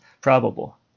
probable